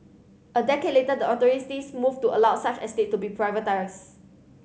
a decade later the authorities moved to allow such estate to be privatised